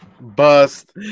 Bust